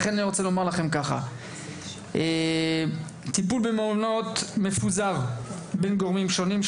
לכן אני רוצה לומר לכם כך: הטיפול במעונות מפוזר בין גורמים שונים,